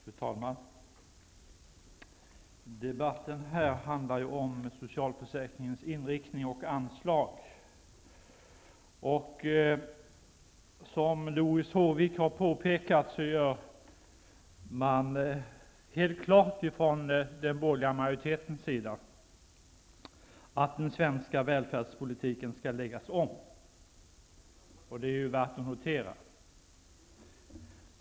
Fru talman! Den här debatten handlar om socialförsäkringens inriktning och anslag. Den borgerliga majoriteten gör helt klart att den svenska välfärdspolitiken skall läggas om, precis som Doris Håvik har påpekat. Det är värt att notera.